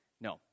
No